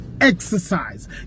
exercise